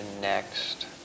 next